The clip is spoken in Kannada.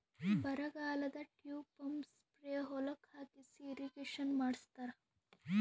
ಬರಗಾಲದಾಗ ಟ್ಯೂಬ್ ಪಂಪ್ ಸ್ಪ್ರೇ ಹೊಲಕ್ಕ್ ಹಾಕಿಸಿ ಇರ್ರೀಗೇಷನ್ ಮಾಡ್ಸತ್ತರ